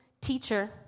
teacher